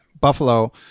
Buffalo